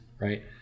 right